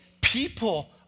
People